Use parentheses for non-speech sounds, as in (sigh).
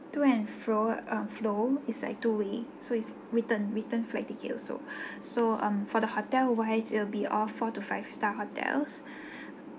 to and fro~ um flow is like two way so it's return return flight ticket also (breath) so um for the hotel wise it'll be all four to five star hotels (breath)